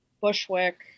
Bushwick